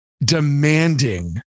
demanding